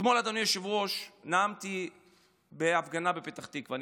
אדוני היושב-ראש, אתמול נאמתי בהפגנה בפתח תקווה.